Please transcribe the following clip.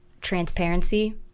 transparency